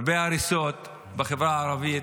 הרבה הריסות בחברה הערבית,